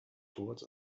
towards